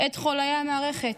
את חולי המערכת,